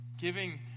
giving